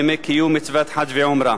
ימי קיום מצוות חאג' ועומרה).